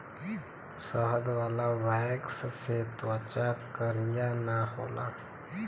शहद वाला वैक्स से त्वचा करिया ना होला